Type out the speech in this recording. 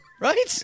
Right